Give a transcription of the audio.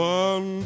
one